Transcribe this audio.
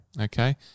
Okay